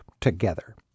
together